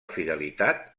fidelitat